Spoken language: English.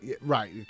Right